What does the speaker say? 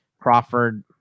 Crawford